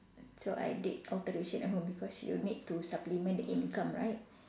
so I did alteration at home because you need to supplement the income right